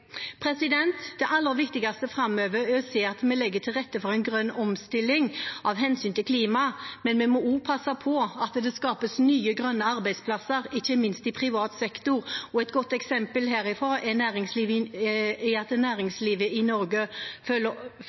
Det aller viktigste framover er å se at vi legger til rette for en grønn omstilling av hensyn til klima. Men vi må også passe på at det skapes nye grønne arbeidsplasser, ikke minst i privat sektor. Et godt eksempel her er at næringslivet i Norge følger